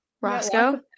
Roscoe